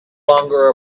longer